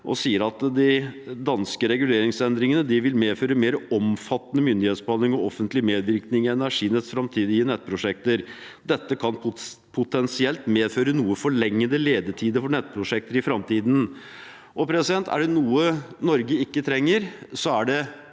og sier at de danske reguleringsendringene «vil medføre mer omfattende myndighetsbehandling og offentlig medvirkning i Energinets fremtidige nettprosjekter. Dette kan potensielt medføre noe forlengede ledetider for nettprosjekter i fremtiden». Er det noe Norge ikke trenger, er det